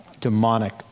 demonic